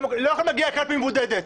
לא יכולים להגיע לקלפי מבודדת.